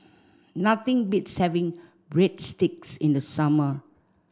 nothing beats having Breadsticks in the summer